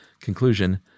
Conclusion